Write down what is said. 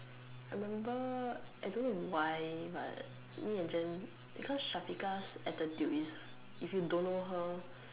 I remember I don't know why but me and Jen cause Syafiqah's attitude is if you don't know her